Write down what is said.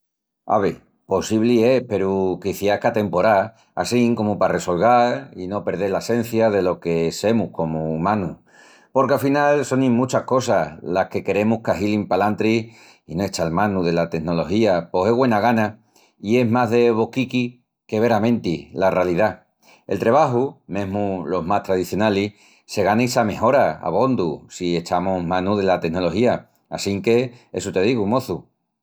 Ave, possibli es peru quiciás que a temporás, assín comu pa resolgal i no perdel la sencia delo que semus comu umanus. Porque afinal sonin muchas cosas las que queremus qu'ahilin palantri i no echal manu dela tenología pos es güena gana i es más de boquiqui que veramenti la ralidá. El trebaju, mesmu los más tradicionalis, se gana i s'amejora abondu si echamus manu dela tenología assinque essu te digu, moçu.